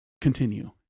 Continue